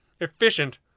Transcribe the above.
Efficient